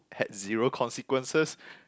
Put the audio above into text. had zero consequences